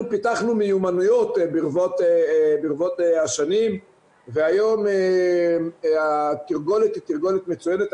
אנחנו פיתחנו מיומנויות ברבות השנים והיום התרגולת היא תרגולת מצוינת.